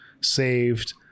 saved